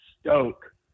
stoke